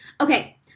Okay